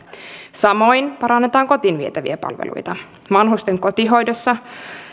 samoin parannetaan kotiin vietäviä palveluita vanhusten kotihoidossa